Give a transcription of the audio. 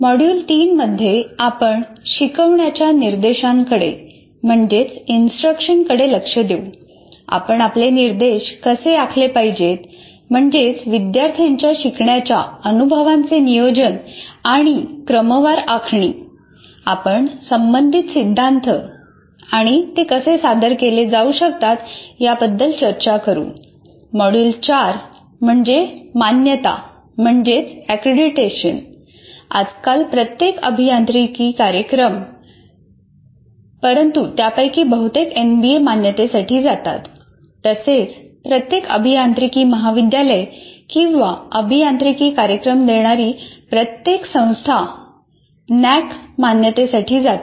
module 3 मध्ये आपण शिकवण्याच्या निर्देशांकडे परंतु त्यापैकी बहुतेक एनबीए मान्यतेसाठी जातात तसेच प्रत्येक अभियांत्रिकी महाविद्यालय किंवा अभियांत्रिकी कार्यक्रम देणारी प्रत्येक संस्था एनएएसी मान्यतेसाठी जाते